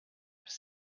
bis